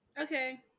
Okay